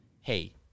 hey